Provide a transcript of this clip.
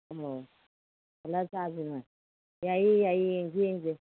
ꯑꯣ ꯍꯜꯂꯛꯑ ꯆꯥꯁꯨꯉꯥꯏ ꯌꯥꯏꯌꯦ ꯌꯥꯏꯌꯦ ꯌꯦꯡꯁꯦ ꯌꯦꯡꯁꯦ